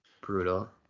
brutal